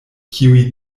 kiuj